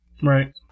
Right